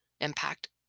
impact